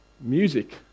Music